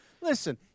Listen